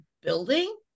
building